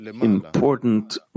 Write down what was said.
important